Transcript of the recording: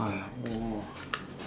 !aiya!